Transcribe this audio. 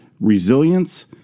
resilience